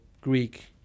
Greek